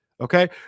okay